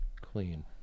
Clean